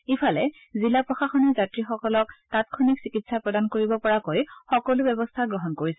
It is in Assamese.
ইফালে জিলা প্ৰশাসনে যাত্ৰীসকলক তাংক্ষণিক চিকিৎসা প্ৰদান কৰিব পৰাকৈ সকলো ব্যৱস্থা গ্ৰহণ কৰিছে